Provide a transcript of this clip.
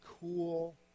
cool